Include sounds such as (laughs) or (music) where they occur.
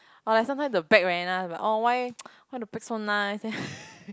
or like sometimes the bag very nice oh why (noise) why the bag so nice (laughs)